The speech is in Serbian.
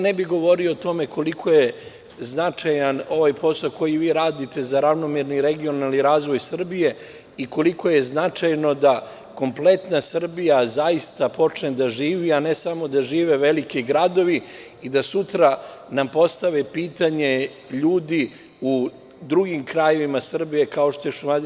Ne bih govorio o tome koliko je značajan ovaj posao koji vi radite za ravnomerni i regionalni razvoj Srbije i koliko je značajno da kompletna Srbija zaistapočne da živi, a ne samo da žive veliki gradovi i da nam sutra postave pitanje ljudi u drugim krajevima Srbije kao što je Šumadija.